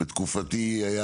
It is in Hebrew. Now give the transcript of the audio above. בתקופתי היה